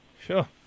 Sure